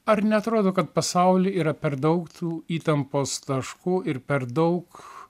ar neatrodo kad pasauly yra per daug tų įtampos taškų ir per daug